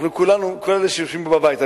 כל אלה שיושבים פה בבית.